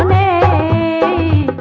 a